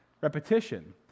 repetition